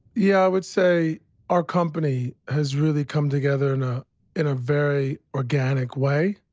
yeah. i would say our company has really come together in ah in a very organic way.